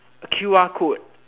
a q_r code